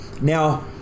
Now